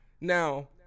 Now